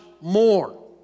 more